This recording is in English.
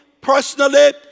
personally